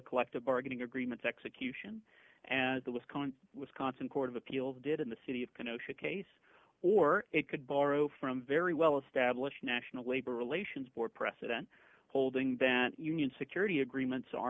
collective bargaining agreements execution and the wisconsin wisconsin court of appeals did in the city of konoha case or it could borrow from very well established national labor relations board precedent holding that union security agreements